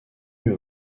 eut